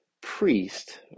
priest